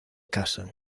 casan